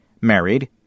married